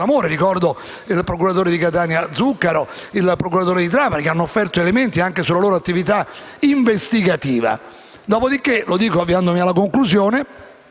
ricordo il procuratore di Catania Zuccaro ed il procuratore di Trapani, che hanno offerto elementi anche sulla loro attività investigativa. In conclusione,